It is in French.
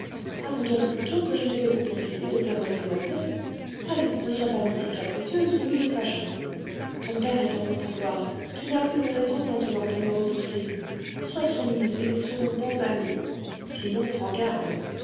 avoue donc plutôt que je n'ai fait que profiter de ta bonne volonté allons ne sois pas ainsi capricieuse ou nous nous fâcherons ton père est en mon pouvoir tu n'as plus de raisons maintenant pour me repousser sois soumise et nous serons bons amis sinon prends garde